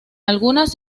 algunas